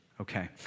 Okay